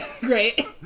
great